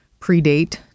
predate